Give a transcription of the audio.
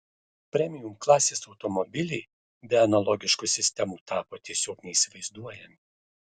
premium klasės automobiliai be analogiškų sistemų tapo tiesiog neįsivaizduojami